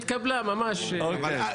יכול להיות